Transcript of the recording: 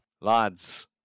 lads